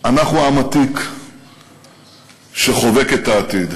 אנחנו עם עתיק שחובק את העתיד,